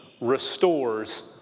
restores